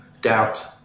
doubt